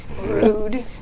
Rude